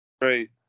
Right